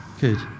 good